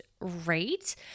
rate